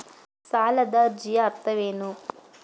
ಸಾಲದ ಅರ್ಜಿಯ ಅರ್ಥವೇನು?